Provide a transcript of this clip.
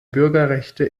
bürgerrechte